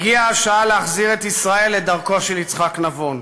הגיעה השעה להחזיר את ישראל לדרכו של יצחק נבון.